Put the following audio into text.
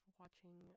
watching